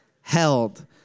held